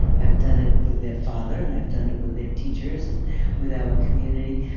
i've done it with their father, and i've done it with their teachers and with our community.